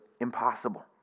impossible